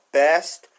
best